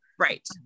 right